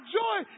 joy